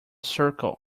circle